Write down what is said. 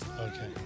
Okay